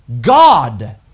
God